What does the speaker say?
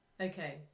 Okay